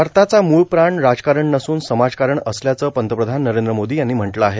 भारताचा मूळ प्राण राजकारण नसून समाजकारण असल्याचं पंतप्रधान नरद्र मोदी यांनी म्हटलं आहे